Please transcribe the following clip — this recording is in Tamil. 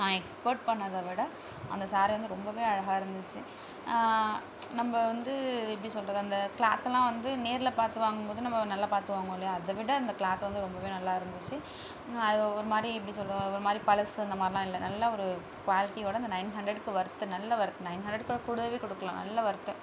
நான் எக்ஸ்பட் பண்ணதை விட அந்த ஸாரி வந்து ரொம்ப அழகாக இருந்துச்சு நம்ம வந்து எப்படி சொல்கிறது அந்த கிளாத்தில் வந்து நேரில் பார்த்து வாங்கும் போது நம்ம நல்லா பார்த்து வாங்குவோம் இல்லையா அதை விட அந்த கிளாத் வந்து ரொம்ப நல்லா இருந்துச்சு அது ஒரு மாதிரி எப்படி சொல்கிறது ஒரு மாதிரி பழசு அந்த மாதிரிலாம் இல்லை நல்லா ஒரு குவாலிட்டியோடு அந்த நைன் ஹண்ட்றடுக்கு ஒர்த்து நல்ல ஒர்த்து நைன் ஹண்ரடுக்கு கூடவே கொடுக்கலாம் நல்ல ஒர்த்து